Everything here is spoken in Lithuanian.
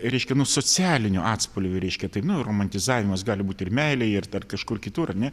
reiškia nu socialiniu atspalviu reiškia tai nu romantizavimas gali būti ir meilėje ir dar kažkur kitur ar ne